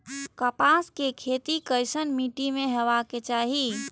कपास के खेती केसन मीट्टी में हेबाक चाही?